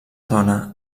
dona